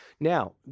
Now